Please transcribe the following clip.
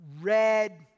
red